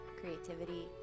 creativity